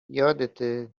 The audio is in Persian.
یادته